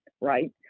right